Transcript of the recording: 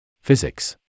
Physics